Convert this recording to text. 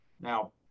Now